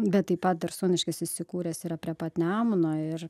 bet taip pat darsūniškis įsikūręs yra prie pat nemuno ir